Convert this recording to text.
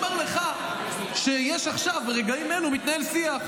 ואני אומר לך שעכשיו ברגעים אלו מתנהל שיח,